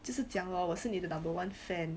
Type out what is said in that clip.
就是讲 lor 我是你的 number one fan